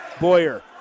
Boyer